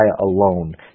alone